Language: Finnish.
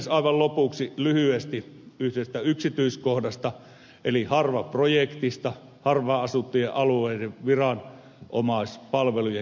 aivan lopuksi lyhyesti yhdestä yksityiskohdasta eli harva projektista harvaan asuttujen alueiden viranomaispalvelujen kehittämisprojektista